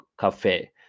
cafe